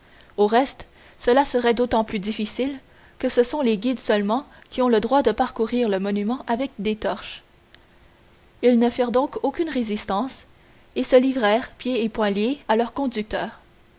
au reste cela serait d'autant plus difficile que ce sont les guides seulement qui ont le droit de parcourir le monument avec des torches ils ne firent donc aucune résistance et se livrèrent pieds et poings liés à leurs conducteurs